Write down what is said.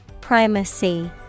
Primacy